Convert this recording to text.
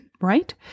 right